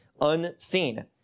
unseen